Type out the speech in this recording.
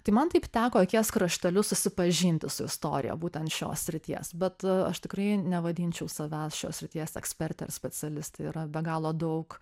tai man taip teko akies krašteliu susipažinti su istorija būtent šios srities bet aš tikrai nevadinčiau savęs šios srities eksperte ir specialiste yra be galo daug